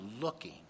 looking